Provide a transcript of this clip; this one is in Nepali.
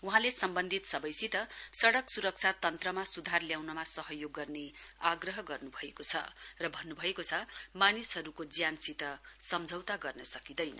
वहाँले सम्बन्धित सबैसित सडक सुरक्षा तन्त्रमा सुधार ल्याउनमा सहयोग गर्ने आग्रह गर्न् भएको छ र भन्न् भएको छ मानिसहरूको ज्यानसित सम्झौता गर्न सकिँदैन